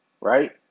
right